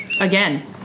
again